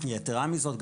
יתרה מזאת,